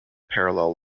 parallel